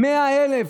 100,000,